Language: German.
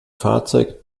fahrzeug